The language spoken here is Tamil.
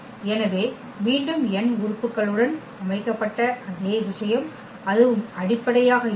எனவே மீண்டும் n உறுப்புகளுடன் அமைக்கப்பட்ட அதே விஷயம் அதுவும் அடிப்படையாக இருக்கும்